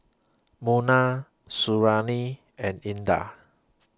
Munah Suriani and Indah